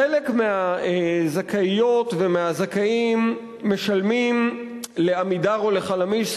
חלק מהזכאיות והזכאים משלמים ל"עמידר" או ל"חלמיש"